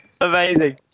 Amazing